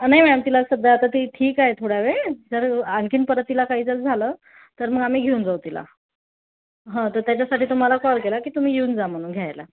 नाही मॅम तिला सध्या आता ती ठीक आहे थोडावेळ जर आणखी परत तिला काय जर झालं तर मग आम्ही घेऊन जाऊ तिला हं तर त्याच्यासाठी तुम्हाला कॉल केला की तुम्ही येऊन जा म्हणून घ्यायला